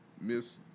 Miss